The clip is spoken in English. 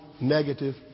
negative